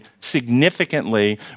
significantly